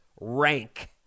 rank